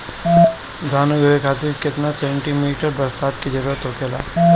धान उगावे खातिर केतना सेंटीमीटर बरसात के जरूरत होखेला?